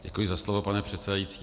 Děkuji za slovo, pane předsedající.